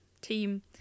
team